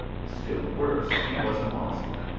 still worse, he was a moslem,